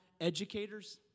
educators